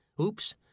Oops